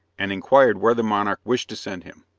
and inquired where the monarch wished to send him.